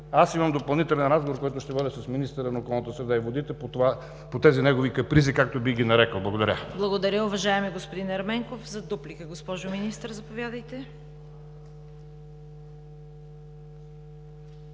Аз имам допълнителен разговор, който ще водя с министъра на околната среда и водите по тези негови капризи, както бих ги нарекъл. Благодаря. ПРЕДСЕДАТЕЛ ЦВЕТА КАРАЯНЧЕВА: Благодаря, уважаеми господин Ерменков. За дуплика – госпожо Министър, заповядайте.